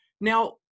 Now